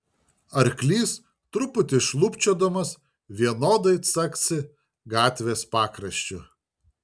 arklys truputį šlubčiodamas vienodai caksi gatvės pakraščiu